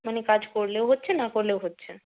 মানে কাজ করলেও হচ্ছে না করলেও হচ্ছে